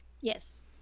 Yes